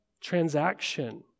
transaction